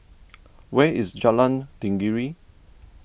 where is Jalan Tenggiri